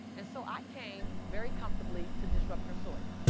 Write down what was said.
and so i came very comfortably to disrupt your soil.